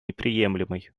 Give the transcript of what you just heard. неприемлемой